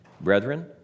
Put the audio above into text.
Brethren